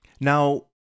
now